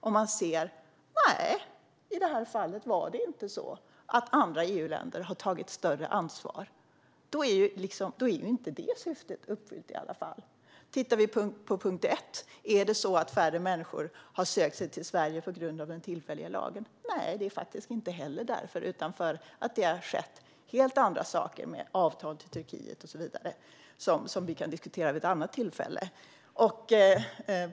Vad gäller punkt tre blir svaret nej - det har inte blivit så att andra EU-länder tagit större ansvar. Då är alltså inte det syftet uppfyllt i alla fall. Vi kan titta på punkt ett - är det så att färre människor har sökt sig till Sverige på grund av den tillfälliga lagen? Nej, det är faktiskt inte därför, utan det beror på att det har skett helt andra saker med avtalet med Turkiet och så vidare, som vi kan diskutera vid ett annat tillfälle.